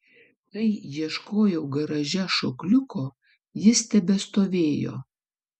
kai ieškojau garaže šokliuko jis tebestovėjo